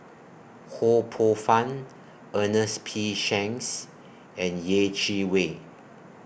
Ho Poh Fun Ernest P Shanks and Yeh Chi Wei